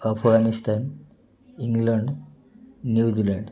Afghanistan England New Zealand